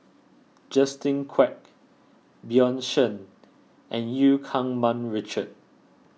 Justin Quek Bjorn Shen and Eu Keng Mun Richard